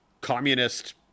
communist